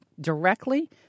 directly